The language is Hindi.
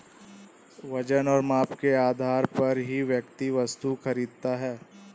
वजन और माप के आधार पर ही व्यक्ति वस्तु खरीदता है